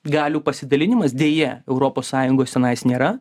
galių pasidalinimas deja europos sąjungos tenais nėra